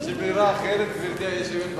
יש לי ברירה אחרת, גברתי היושבת-ראש?